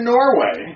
Norway